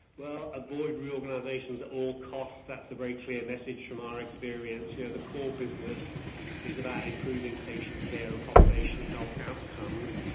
well, a board reorganisation is all cost, that's a very clear message from our experience. yeah the core business is about improving patient care and population health outcomes.